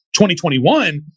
2021